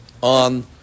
on